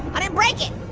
i didn't break it!